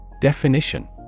DEFINITION